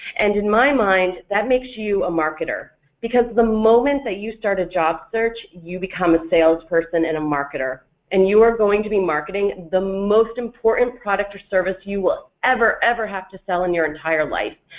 and in my mind that makes you a marketer because the moment that you start a job search, you become a salesperson and a marketer and you are going to be marketing the most important product or service you will ever ever have to sell in your entire life,